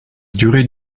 durée